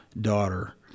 daughter